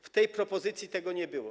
W tej propozycji tego nie było.